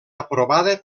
aprovada